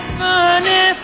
funny